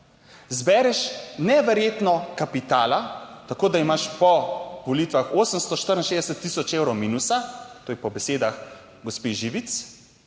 zbereš neverjetno kapitala, tako, da imaš po volitvah 864 tisoč evrov minusa, to je po besedah gospe Živic,